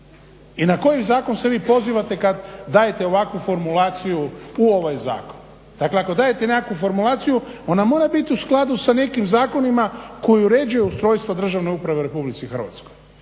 i na koji zakon se vi pozivate kad dajete ovakvu formulaciju u ovaj zakon. Dakle ako dajete nekakvu formulaciju ona mora bit u skladu sa nekim zakonima koji uređuju ustrojstvo državne uprave u RH. ali ako